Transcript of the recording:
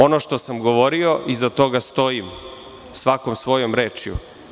Ono što sam govorio iza toga stojim svakom svojom rečju.